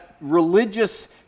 religious